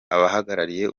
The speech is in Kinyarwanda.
abahagarariye